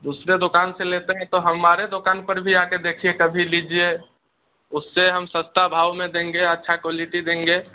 दूसरे दुकान से लेते हैं तो हमारे दुकान पर भी आकर देखिए कभी लीजिए उससे हम सस्ता भाव में देंगे अच्छा क्वलिटी देंगे